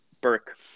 Burke